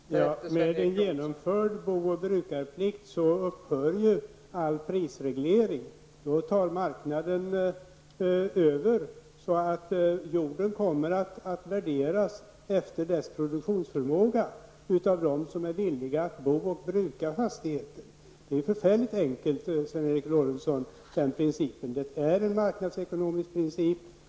Fru talman! När man genomför bo och brukarplikt upphör ju all prisreglering. Då tar marknaden över så att jorden kommer att värderas efter dess produktionsförmåga av dem som är villiga att bo på och bruka fastigheten. Den principen är förfärligt enkel, Sven Eric Lorentzon. Det är en marknadsekonomisk princip.